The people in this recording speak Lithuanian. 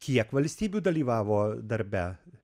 kiek valstybių dalyvavo darbe